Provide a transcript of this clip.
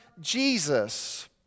Jesus